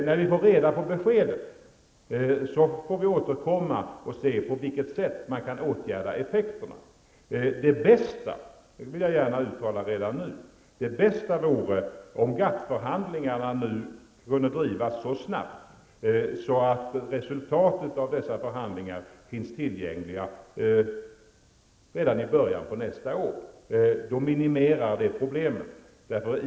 När vi får beskedet skall vi återkomma och se på vilket sätt effekterna kan åtgärdas. Det bästa -- det vill jag gärna uttala redan nu -- vore om GATT-förhandlingarna kunde drivas så snabbt att resultatet av dem fanns tillgängliga redan i början av nästa år. Då skulle problemet minimeras.